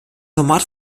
format